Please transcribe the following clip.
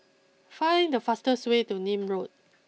find the fastest way to Nim Road